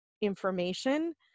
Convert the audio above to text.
information